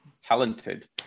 talented